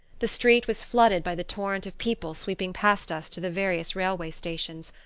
the street was flooded by the torrent of people sweeping past us to the various railway stations.